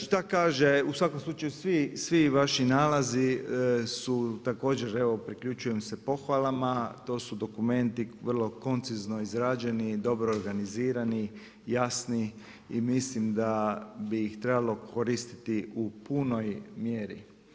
Šta kaže u svakom slučaju svi vaši nalazi su također, evo priključujem se pohvalama, to su dokumenti vrlo koncizno izrađeni i dobro organizirani, jasni i mislim da bi ih trebalo koristi u punoj mjeri.